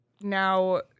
now